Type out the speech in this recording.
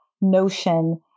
notion